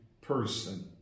person